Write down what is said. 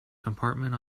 compartment